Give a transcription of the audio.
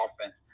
offense